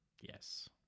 Yes